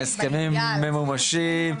ההסכמים ממומשים.